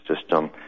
system